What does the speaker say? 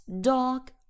dog